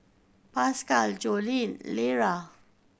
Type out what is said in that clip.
Pascal Jocelyne Lera